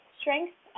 strength